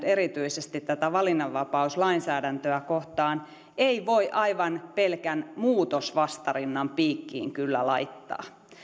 erityisesti nyt tätä valinnanvapauslainsäädäntöä kohtaan ei voi aivan pelkän muutosvastarinnan piikkiin kyllä laittaa